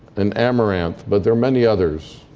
and amaranth. but there are many others.